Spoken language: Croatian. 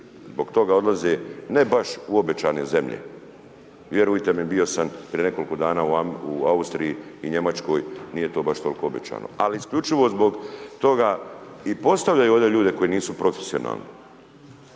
Zbog toga odlaze ne baš u obećane zemlje, vjerujte bio sam prije nekoliko dana u Austriji i Njemačkoj, nije to baš toliko obećano, ali isključivo zbog toga i postavljaju ovdje ljude koji nisu profesionalni,